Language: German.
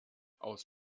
aus